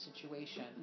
situation